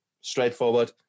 straightforward